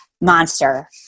monster